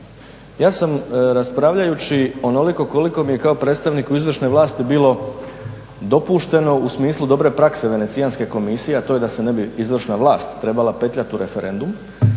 Ja sam raspravljajući onoliko koliko mi je kao predstavniku izvršne vlasti bilo dopušteno u smislu dobre prakse Venecijanske komisije, a to je da se ne bi izvršna vlast trebala petljati u referendum.